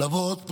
לבוא עוד פעם.